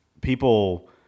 people